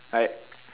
like